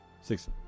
six